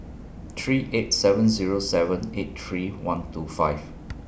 three eight seven Zero seven eight three one two five